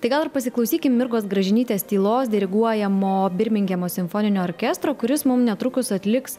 tai gal ir pasiklausykim mirgos gražinytės tylos diriguojamo birmingemo simfoninio orkestro kuris mum netrukus atliks